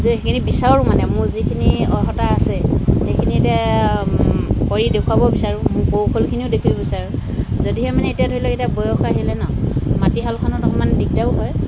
যে সেইখিনি বিচাৰোঁ মানে মোৰ যিখিনি অৰ্হতা আছে সেইখিনি এতিয়া কৰি দেখুৱাব বিচাৰোঁ মোৰ কৌশলখিনিও দেখুৱাব বিচাৰোঁ যদিহে মানে এতিয়া ধৰি লওক এতিয়া বয়সো আহিলে ন মাটিশালখনত অকণমান দিগদাৰো হয়